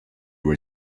were